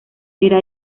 era